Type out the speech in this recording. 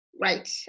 right